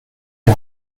die